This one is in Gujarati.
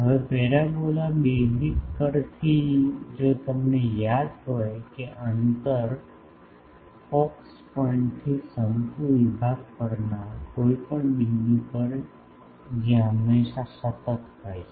હવે પેરાબોલાના બેઝિક પર થી જો તમને યાદ હોય કે અંતર ફોકસ પોઇન્ટ થી શંકુ વિભાગ પરના કોઈપણ બિંદુ પર જે હંમેશાં સતત હોય છે